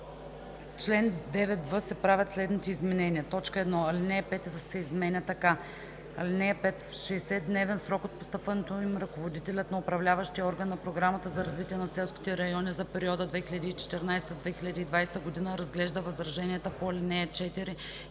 чл. 9в се правят следните изменения: 1. Алинея 5 се изменя така: „(5) В 60-дневен срок от постъпването им Ръководителят на управляващия орган на Програмата за развитие на селските райони за периода 2014 – 2020 г. разглежда възраженията по ал. 4